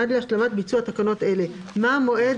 עד להשלמת ביצוע תקנות אלה." מה המועד